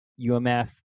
UMF